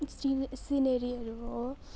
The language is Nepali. सिने सिनेरीहरू हो